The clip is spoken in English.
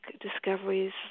discoveries